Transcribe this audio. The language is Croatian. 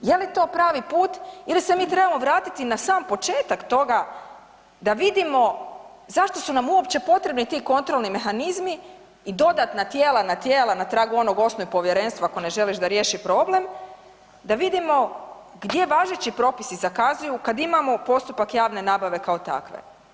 Je li to pravi put ili se mi trebamo vratiti na sam početak toga da vidimo zašto su nam uopće potrebni ti kontrolni mehanizmi i dodatna tijela na tijela na tragu onog osnovnog povjerenstva ako ne želiš da riješi problem, da vidimo gdje važeći propisi zakazuju kad imamo postupak javne nabave kao takve.